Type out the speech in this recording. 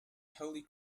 holy